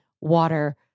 water